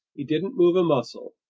he didn't move a muscle,